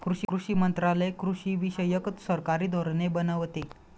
कृषी मंत्रालय कृषीविषयक सरकारी धोरणे बनवते